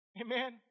Amen